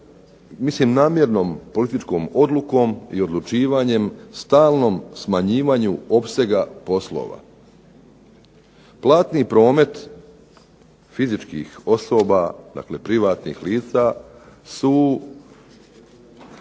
namjernom političkom odlukom i odlučivanjem stalnom smanjivanju opsega poslova. Platni promet fizičkih osoba, dakle privatnih lica su,